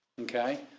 okay